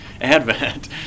Advent